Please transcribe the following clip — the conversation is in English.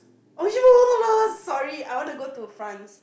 oh yo lah sorry I want to go to France